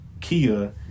Kia